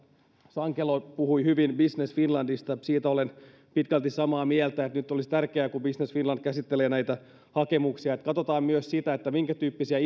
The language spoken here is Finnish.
sankelo puhui hyvin business finlandista siitä olen pitkälti samaa mieltä että nyt olisi tärkeää kun business finland käsittelee näitä hakemuksia että katsotaan myös sitä minkätyyppisiä